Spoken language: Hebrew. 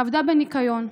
עבדה בניקיון.